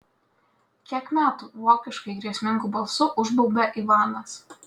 kiek metų vokiškai grėsmingu balsu užbaubia ivanas